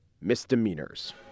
misdemeanors